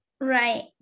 Right